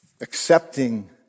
accepting